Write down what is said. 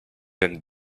and